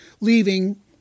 leaving